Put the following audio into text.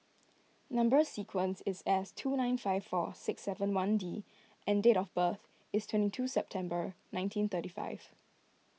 Number Sequence is S two nine five four six seven one D and date of birth is twenty two September nineteen thirty five